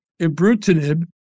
ibrutinib